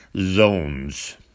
Zones